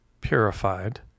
purified